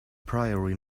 priori